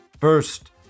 First